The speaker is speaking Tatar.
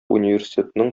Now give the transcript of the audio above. университетның